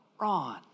Ron